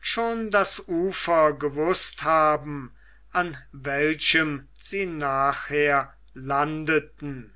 schon das ufer gewußt haben an welchem sie nachher landeten